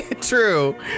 True